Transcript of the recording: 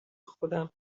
خودم